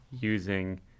using